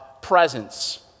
presence